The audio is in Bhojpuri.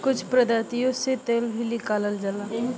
कुछ प्रजाति से तेल भी निकालल जाला